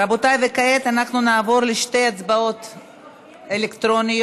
רבותיי, כעת נעבור לשתי הצבעות אלקטרוניות.